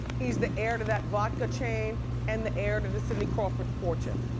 he's the heir to that vodka chain and the heir to the cindy crawford fortune,